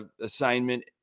assignment